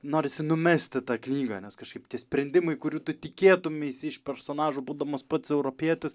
norisi numesti tą knygą nes kažkaip tie sprendimai kurių tu tikėtumeisi iš personažų būdamas pats europietis